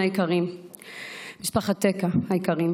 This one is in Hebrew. משפחת טקה היקרים,